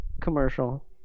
commercial